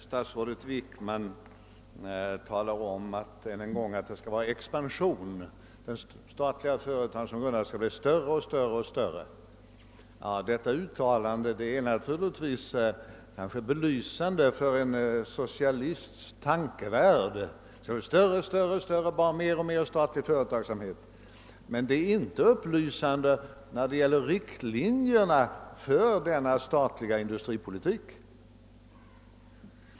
Statsrådet Wickman talar än en gång om att det skall vara expansion. Den statliga företagsamheten skall bli större och större. Detta uttalande är naturligtvis belysande för en socialists tankevärld — bara mer och mer och större och större statlig verksamhet. Men det är inte upplysande när det gäller riktlinjerna för den statliga industripolitiken.